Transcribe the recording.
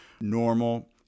normal